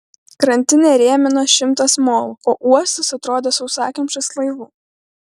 krantinę rėmino šimtas molų o uostas atrodė sausakimšas laivų